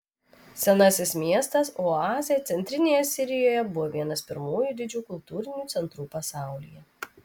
senasis miestas oazė centrinėje sirijoje buvo vienas pirmųjų didžių kultūrinių centrų pasaulyje